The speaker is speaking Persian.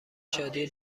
شادی